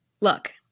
look